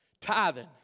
Tithing